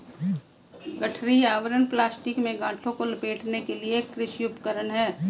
गठरी आवरण प्लास्टिक में गांठों को लपेटने के लिए एक कृषि उपकरण है